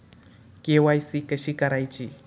KYC कशी करायची?